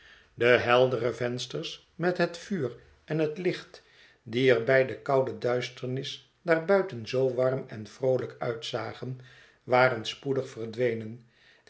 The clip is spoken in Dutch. de heldere vensters met het vuur en het licht die er bij de koude duisternis daar buiten zoo warm en vroolijk uitzagen waren spoedig verdwenen